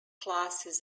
classes